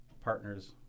partners